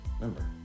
remember